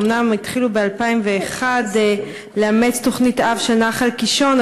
אומנם התחילו ב-2001 לאמץ תוכנית-אב של נחל קישון,